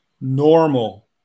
Normal